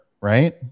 right